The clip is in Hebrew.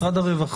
עם משרד הרווחה.